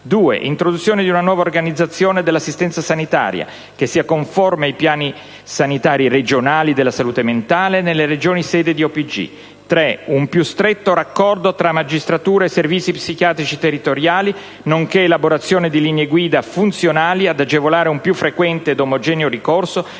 l'introduzione di una nuova organizzazione dell'assistenza sanitaria, che sia conforme ai piani sanitari regionali della salute mentale delle Regioni sede di OPG; un più stretto raccordo tra magistratura e servizi psichiatrici territoriali, nonché l'elaborazione di linee guida funzionali ad agevolare un più frequente ed omogeneo ricorso